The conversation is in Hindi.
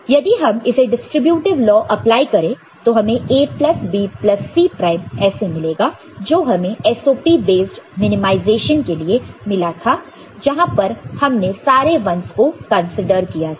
और यदि हम इसे डिस्ट्रीब्यूटीव लॉ अप्लाई करें तो हमें A plus B plus C prime ऐसे मिलेगा जो हमें SOP बेस्ड मिनिमाइजेशन के लिए मिला था जहां पर हमने सारे 1's को कंसीडर किया था